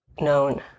known